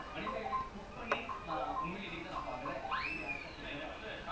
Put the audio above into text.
wait what happen to coes first err defending suddenly almost covering two areas